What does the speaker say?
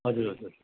हजुर हजुर